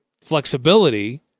flexibility